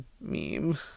meme